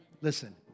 Listen